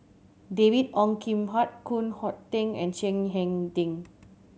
David Ong Kim Huat Koh Hoon Teck and Chiang Hai Ding